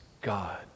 God